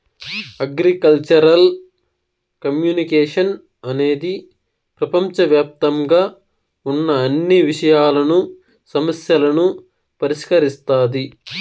agricultural communication అనేది ప్రపంచవ్యాప్తంగా ఉన్న అన్ని విషయాలను, సమస్యలను పరిష్కరిస్తాది